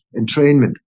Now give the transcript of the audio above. entrainment